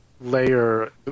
layer